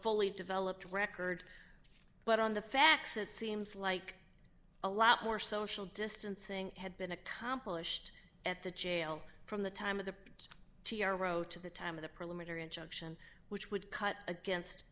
fully developed record but on the facts it seems like a lot more social distancing had been accomplished at the jail from the time of the t r row to the time of the preliminary injunction which would cut against